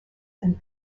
and